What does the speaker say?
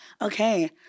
Okay